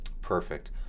Perfect